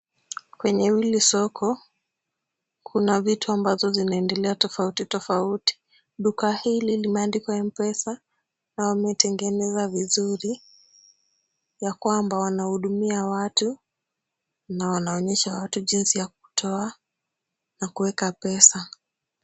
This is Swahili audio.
Kwenye hili soko, kuna vitu ambazo zinaendelea tofauti tofauti. Duka hili limeandikwa mpesa na wametengeneza vizuri, yakwamba wanahudumia watu na wanaonyesha watu jinsi ya kutoa na kuweka pesa.